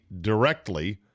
directly